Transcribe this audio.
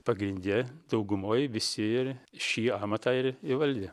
pagrinde daugumoj visi ir šį amatą ir įvaldė